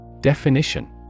Definition